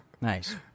Nice